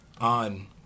on